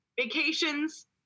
vacations